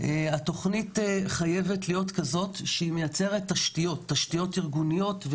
התוכנית חייבת לייצר תשתיות ארגוניות,